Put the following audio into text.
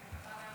אדוני, עשר דקות